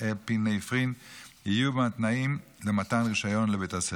האפינפרין יהיו מהתנאים למתן רישיון לבית הספר.